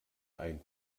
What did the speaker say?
ein